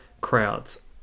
crowds